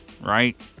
right